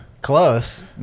close